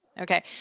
Okay